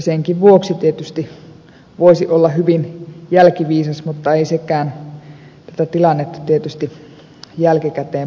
senkin vuoksi tietysti voisi olla hyvin jälkiviisas mutta ei sekään tätä tilannetta tietysti jälkikäteen paranna